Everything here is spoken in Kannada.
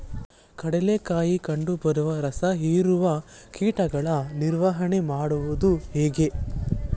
ಕಡಲೆಯಲ್ಲಿ ಕಂಡುಬರುವ ರಸಹೀರುವ ಕೀಟಗಳ ನಿವಾರಣೆ ಮಾಡುವುದು ಹೇಗೆ?